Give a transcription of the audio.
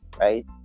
right